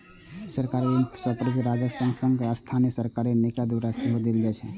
सरकारी ऋण संप्रभु राज्यक संग संग स्थानीय सरकारी निकाय द्वारा सेहो देल जाइ छै